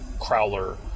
crowler